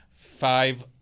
Five